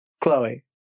Chloe